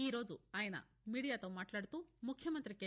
ఈ రోజు ఆయన మీడియాతో మాట్లాడుతూ ముఖ్యమంతి కె